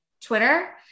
Twitter